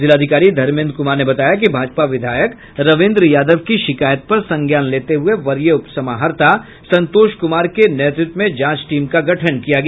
जिलाधिकारी धर्मेन्द्र कुमार ने बताया कि भाजपा विधायक रविन्द्र यादव की शिकायत पर संज्ञान लेते हुए वरीय उपसमाहर्ता संतोष कुमार के नेतृत्व में जांच टीम का गठन किया गया